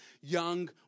young